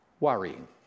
Worrying